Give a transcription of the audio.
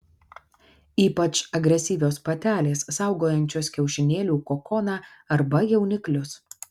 ypač agresyvios patelės saugojančios kiaušinėlių kokoną arba jauniklius